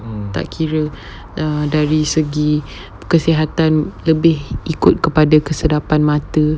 tak kira dari segi kesihatan lebih ikut kepada kesedapan mata